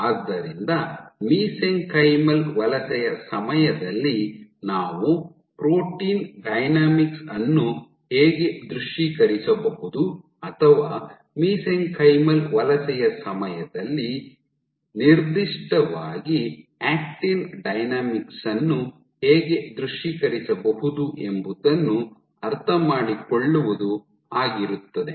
ಆದ್ದರಿಂದ ಮಿಸೆಂಕೈಮಲ್ ವಲಸೆಯ ಸಮಯದಲ್ಲಿ ನಾವು ಪ್ರೋಟೀನ್ ಡೈನಾಮಿಕ್ಸ್ ಅನ್ನು ಹೇಗೆ ದೃಶ್ಯೀಕರಿಸಬಹುದು ಅಥವಾ ಮಿಸೆಂಕೈಮಲ್ ವಲಸೆಯ ಸಮಯದಲ್ಲಿ ನಿರ್ದಿಷ್ಟವಾಗಿ ಆಕ್ಟಿನ್ ಡೈನಾಮಿಕ್ಸ್ ಅನ್ನು ಹೇಗೆ ದೃಶ್ಯೀಕರಿಸಬಹುದು ಎಂಬುದನ್ನು ಅರ್ಥಮಾಡಿಕೊಳ್ಳುವುದು ಆಗಿರುತ್ತದೆ